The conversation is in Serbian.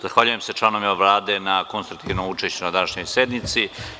Zahvaljujem se članovima Vlade na konstruktivnom učešću na današnjoj sednici.